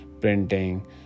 printing